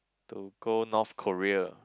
to go North Korea